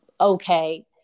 okay